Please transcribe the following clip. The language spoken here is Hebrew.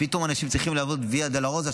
פתאום אנשים צריכים לעבור ויה דולורוזה.